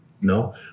No